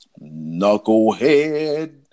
Knucklehead